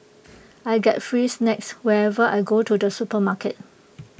I get free snacks whenever I go to the supermarket